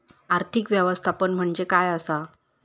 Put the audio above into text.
आर्थिक व्यवस्थापन म्हणजे काय असा?